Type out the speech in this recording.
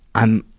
i'm,